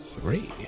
three